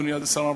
אדוני שר הרווחה,